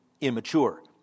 immature